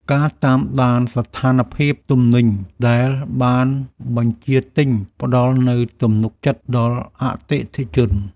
ការតាមដានស្ថានភាពទំនិញដែលបានបញ្ជាទិញ ផ្តល់នូវទំនុកចិត្តដល់អតិថិជន។